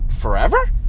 forever